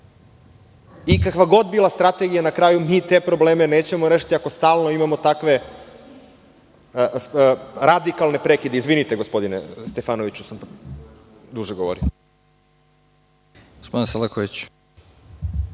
i kakva god bila strategija, na kraju mi te probleme nećemo rešiti ako stalno imamo takve radikalne prekide. Izvinite gospodine Stefanoviću što sam duže govorio.